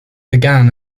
began